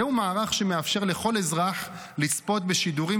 זהו מערך שמאפשר לכל אזרח לצפות בשידורים